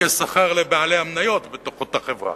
כשכר לבעלי המניות בתוך אותה חברה.